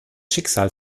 schicksal